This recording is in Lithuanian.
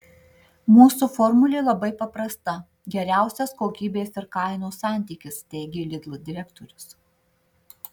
mūsų formulė labai paprasta geriausias kokybės ir kainos santykis teigė lidl direktorius